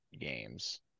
games